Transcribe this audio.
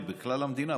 בכלל המדינה,